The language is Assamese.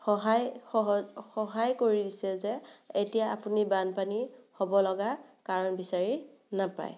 সহায় সহ সহায় কৰি দিছে যে এতিয়া আপুনি বানপানী হ'ব লগা কাৰণ বিচাৰি নাপায়